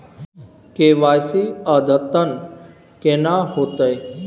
KYC अद्यतन केना होतै?